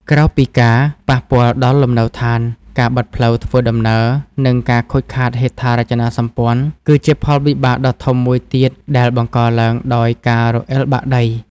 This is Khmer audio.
ក្រៅពីការប៉ះពាល់ដល់លំនៅដ្ឋាន ការបិទផ្លូវធ្វើដំណើរ និងការខូចខាតហេដ្ឋារចនាសម្ព័ន្ធ គឺជាផលវិបាកដ៏ធំមួយទៀតដែលបង្កឡើងដោយការរអិលបាក់ដី។